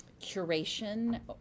curation